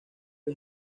que